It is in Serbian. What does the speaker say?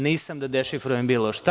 Nisam da dešifrujem bilo šta.